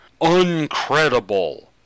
uncredible